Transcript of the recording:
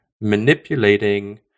manipulating